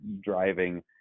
driving